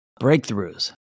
breakthroughs